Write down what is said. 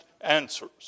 answers